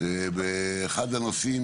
באחד הנושאים